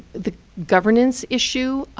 the governance issue,